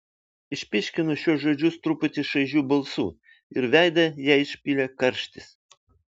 išpyškino šiuos žodžius truputį šaižiu balsu ir veidą jai išpylė karštis